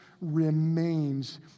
remains